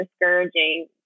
discouraging